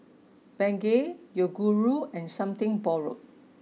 Bengay Yoguru and something borrowed